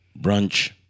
brunch